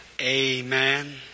Amen